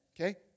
okay